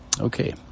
Okay